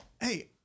hey